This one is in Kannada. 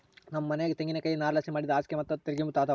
ನಮ್ ಮನ್ಯಾಗ ತೆಂಗಿನಕಾಯಿ ನಾರ್ಲಾಸಿ ಮಾಡಿದ್ ಹಾಸ್ಗೆ ಮತ್ತೆ ತಲಿಗಿಂಬು ಅದಾವ